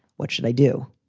what should i do?